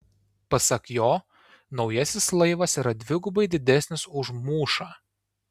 pasak jo naujasis laivas yra dvigubai didesnis už mūšą